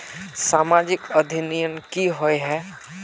सामाजिक अधिनियम की होय है?